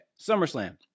SummerSlam